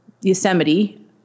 Yosemite